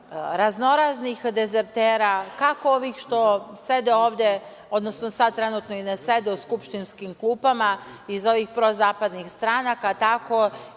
raznoraznih dezertera, kako ovih što sede ovde, odnosno, sada trenutno i ne sede u skupštinskim klupama iz ovih prozapadnih stranaka, tako